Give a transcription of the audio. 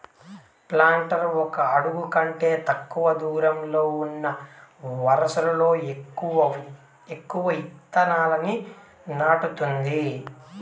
planter ఒక అడుగు కంటే తక్కువ దూరంలో ఉన్న వరుసలలో ఎక్కువ ఇత్తనాలను నాటుతుంది